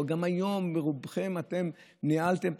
או גם היום ברובן אתם ניהלתם,